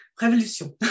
révolution